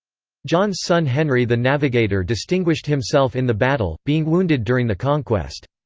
john's son henry the navigator distinguished himself in the battle, being wounded during the conquest.